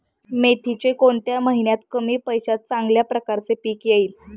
मेथीचे कोणत्या महिन्यात कमी पैशात चांगल्या प्रकारे पीक येईल?